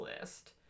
list